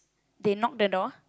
they knock the door